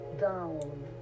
down